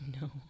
no